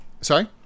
Sorry